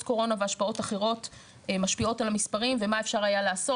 קורונה והשפעות אחרות משפיעות על המספרים ומה אפשר היה לעשות.